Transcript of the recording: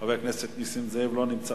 חבר הכנסת נסים זאב, לא נמצא.